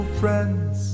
friends